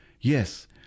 Yes